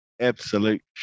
absolute